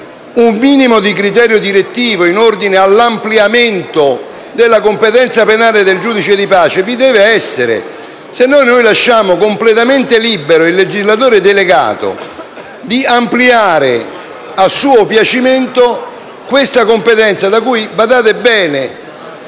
un minimo di criterio direttivo in ordine all'ampliamento della competenza penale del giudice di pace vi debba essere, altrimenti lasciamo completamente libero il legislatore delegato di ampliare a suo piacimento questa competenza, da cui poi - badate bene